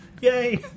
Yay